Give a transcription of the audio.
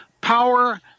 power